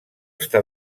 està